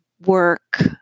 work